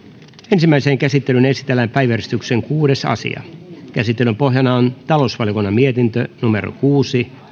ensimmäiseen käsittelyyn esitellään päiväjärjestyksen kuudes asia käsittelyn pohjana on talousvaliokunnan mietintö kuusi